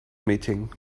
meeting